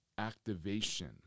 activation